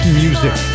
music